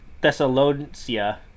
Thessalonica